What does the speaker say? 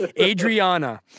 Adriana